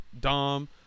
Dom